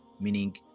Meaning